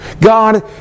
God